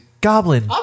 goblin